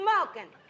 Smoking